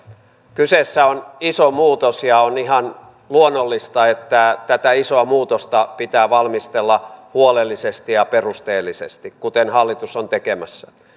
kyseessä on iso muutos ja on ihan luonnollista että tätä isoa muutosta pitää valmistella huolellisesti ja perusteellisesti kuten hallitus on tekemässä